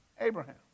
Abraham